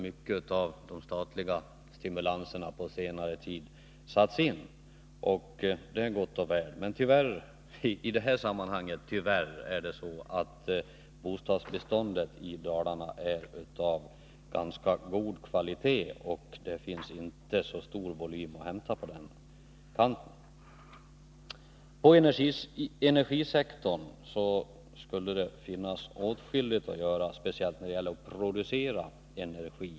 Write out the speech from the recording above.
Mycket av de statliga stimulanserna på senare tid har ju satts in på ROT-sektorn, och det är gott och väl. Men tyvärr — kan man säga i det här sammanhanget — är bostadsbeståndet i Dalarna av ganska god kvalitet, och det finns inte så stor volym att hämta på den kanten. På energisektorn skulle det finnas åtskilligt att göra, speciellt när det gäller att producera energi.